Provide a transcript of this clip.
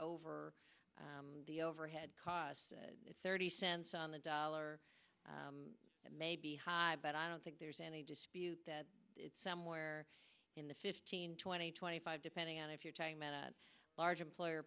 over the overhead costs thirty cents on the dollar may be high but i don't think there's any dispute that it's somewhere in the fifteen twenty twenty five depending on if you're talking about a large employer